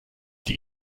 die